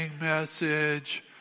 message